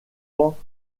pans